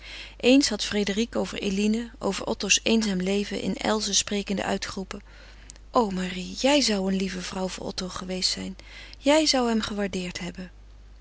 eens had frédérique over eline over otto's eenzaam leven in elzen sprekende uitgeroepen o marie jij zou een lieve vrouw voor otto geweest zijn jij zou hem gewaardeerd hebben